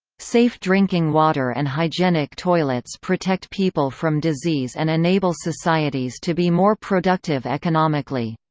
safe drinking water and hygienic toilets protect people from disease and enable societies to be more productive economically.